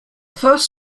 first